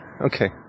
okay